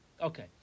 Okay